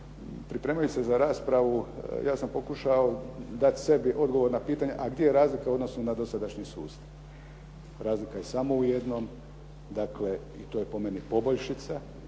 pripremaju se za raspravu, ja sam pokušao dati sebi odgovor na pitanje a gdje je razlika u odnosu na dosadašnji sustav. Razlika je samo u jednom, dakle i to je po meni poboljšica,